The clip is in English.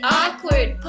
awkward